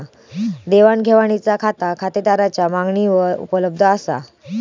देवाण घेवाणीचा खाता खातेदाराच्या मागणीवर उपलब्ध असा